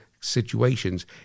situations